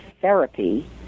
therapy